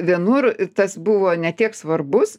vienur ir tas buvo ne tiek svarbus